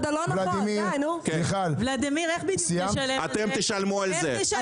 איך נשלם על זה?